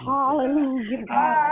Hallelujah